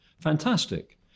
fantastic